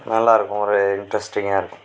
நல்லாயிருக்கும் ஒரு இன்ட்ரெஸ்டிங்காக இருக்கும்